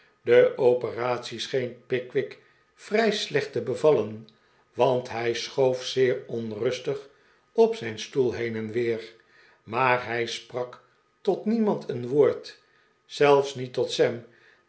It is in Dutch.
de operatie scheen pickwick vrij slecht te bevallen want hij schoof zeer onrustig op zijn stoel heen en weer maar hij sprak tot niemand een woord zelfs niet tot sam